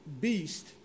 beast